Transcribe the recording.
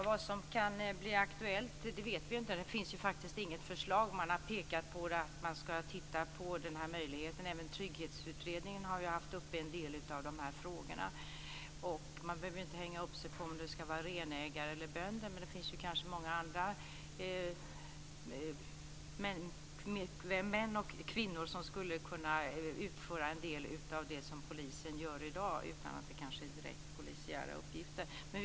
Herr talman! Vi vet ju inte vad som kan bli aktuellt. Det finns faktiskt inget förslag. Man ska titta på möjligheten. Även Trygghetsutredningen har haft en del av de här frågorna uppe. Man behöver inte hänga upp sig på om det ska vara renägare eller bönder. Det finns kanske många andra män och kvinnor som skulle kunna utföra en del av det som polisen gör i dag utan att det direkt är polisiära uppgifter.